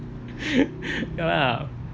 ya lah